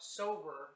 sober